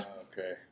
Okay